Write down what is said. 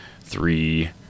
three –